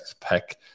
pick